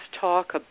talk